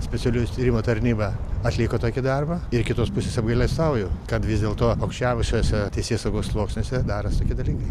specialiųjų tyrimų tarnyba atliko tokį darbą ir kitos pusės apgailestauju kad vis dėlto aukščiausiuose teisėsaugos sluoksniuose daros tokie dalykai